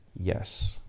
yes